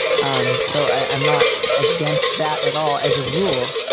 um so i'm not against that at all. as a rule,